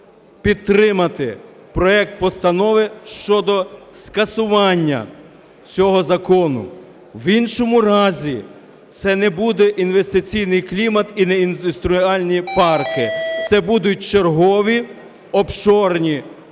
підтримати проект постанови щодо скасування цього закону. В іншому разі це не буде інвестиційний клімат і не індустріальні парки, це будуть чергові офшорні